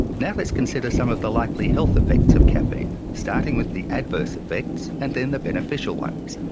now let's consider some of the likely health effects of caffeine starting with the adverse effects and then the beneficial ones.